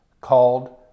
called